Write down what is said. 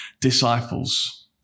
disciples